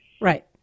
Right